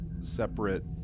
separate